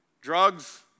drugs